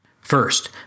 First